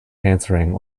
answering